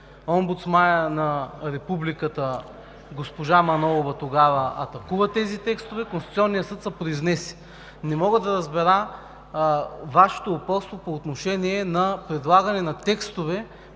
Омбудсманът на републиката госпожа Манолова тогава атакува тези текстове, Конституционният съд се произнесе. Не мога да разбера Вашето упорство по отношение на предлагане на текстове,